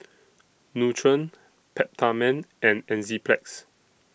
Nutren Peptamen and Enzyplex